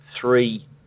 three